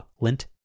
lint